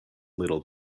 little